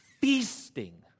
feasting